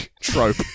trope